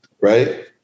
right